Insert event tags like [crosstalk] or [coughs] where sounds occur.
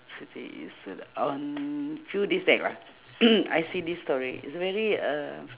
today is what on few days back lah [coughs] I see this story it's very um